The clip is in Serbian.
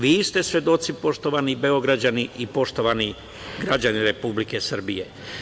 Vi ste svedoci, poštovani Beograđani i poštovani građani Republike Srbije.